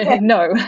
No